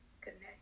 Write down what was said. connect